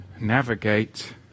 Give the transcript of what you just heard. navigate